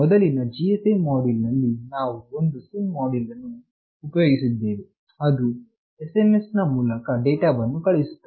ಮೊದಲಿನ GSM module ನಲ್ಲಿ ನಾವು ಒಂದು SIM ಮೊಡ್ಯುಲ್ ಅನ್ನು ಉಪಯೋಗಿಸಿದ್ದೇವೆ ಅದು SMS ನ ಮೂಲಕ ಡೇಟಾವನ್ನು ಕಳುಹಿಸುತ್ತದೆ